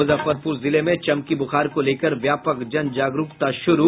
मुजफ्फरपुर जिले में चमकी बुखार को लेकर व्यापक जन जागरूकता शुरू